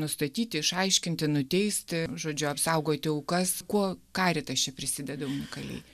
nustatyti išaiškinti nuteisti žodžiu apsaugoti aukas kuo karitas čia prisideda unikaliai